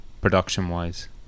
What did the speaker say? production-wise